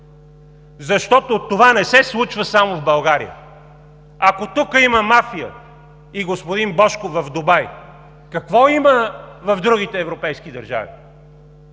защото това не се случва само в България. Ако тук има мафия и господин Божков е в Дубай, какво има в другите европейски държави?!